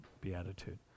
beatitude